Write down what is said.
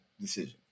decision